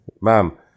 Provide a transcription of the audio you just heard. Ma'am